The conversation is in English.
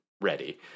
ready